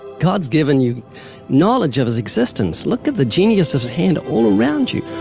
god's given you knowledge of his existence. look at the genius of his hand all around you.